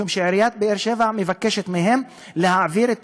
משום שעיריית באר שבע מבקשת להעביר את